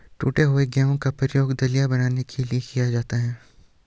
टूटे हुए गेहूं का प्रयोग दलिया बनाने के लिए किया जाता है